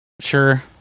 Sure